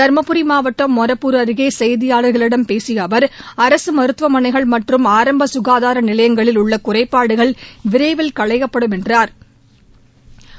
தருமபுரி மாவட்டம் மொரப்பூர் அருகே செய்தியாளர்களிடம் பேசிய அவர் அரசு மருத்துவமனைகள் மற்றும் ஆரம்பு சுகாதார நிலையங்களில் உள்ள குறைபாடுகள் விரைவில் களையப்படும் என்றாா்